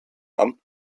amt